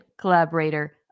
collaborator